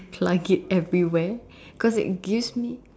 plug it everywhere because it gives me